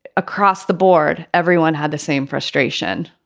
across the board, everyone had the same frustration.